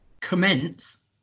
commence